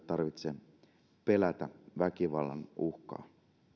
tarvitse pelätä väkivallan uhkaa